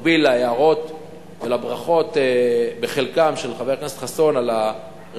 במקביל להערות ולברכות של חבר הכנסת חסון על הרפורמה,